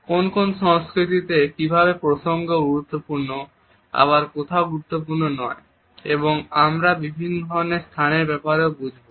কোন কোন সংস্কৃতিতে কিভাবে প্রসঙ্গ গুরুত্বপূর্ণ আবার কোথাও গুরুত্বপূর্ণ নয় এবং আমরা বিভিন্ন ধরনের স্থানের বাপারেও বুঝবো